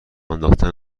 انداختن